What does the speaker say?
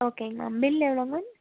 ஓகேங்க ma'am bill எவ்வளோ ma'am